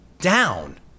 down